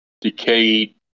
decayed